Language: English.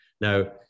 Now